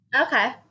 okay